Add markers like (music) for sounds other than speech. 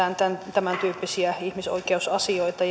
tämäntyyppisiä ihmisoikeusasioita (unintelligible)